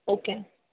okay